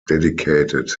dedicated